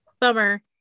Bummer